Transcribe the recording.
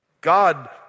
God